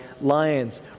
lions